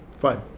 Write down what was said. Fine